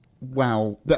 Wow